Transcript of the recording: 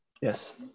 Yes